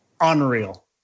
unreal